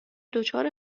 دچار